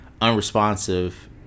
unresponsive